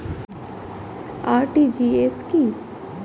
RTGS কি?